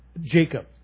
Jacob